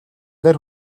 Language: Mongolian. нэр